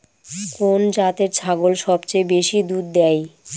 কোন জাতের ছাগল সবচেয়ে বেশি দুধ দেয়?